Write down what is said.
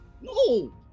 No